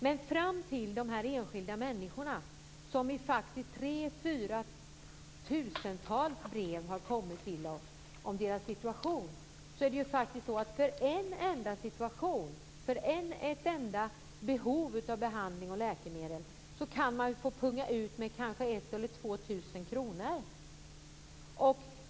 Men de enskilda människorna - det har faktiskt kommit 3 000-4 000 brev till oss om deras situation - kan för en enda situation, för ett enda behov av behandling och läkemedel få punga ut med 1 000-2 000 kr.